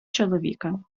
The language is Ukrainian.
чоловіка